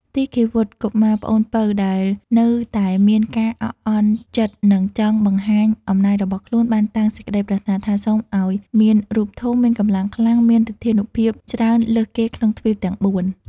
ទីឃាវុត្ត កុមារ (ប្អូនពៅ) ដែលនៅតែមានការអាក់អន់ចិត្ត និងចង់បង្ហាញអំណាចរបស់ខ្លួន បានតាំងសេចក្តីប្រាថ្នាថា "សូមឱ្យមានរូបធំ មានកម្លាំងខ្លាំង មានឫទ្ធានុភាពច្រើនលើសគេក្នុងទ្វីបទាំង ៤។